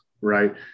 right